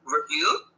review